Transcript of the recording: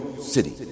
city